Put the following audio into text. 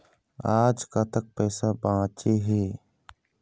आज कतक पैसा बांचे हे?